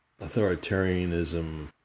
authoritarianism